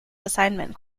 assignment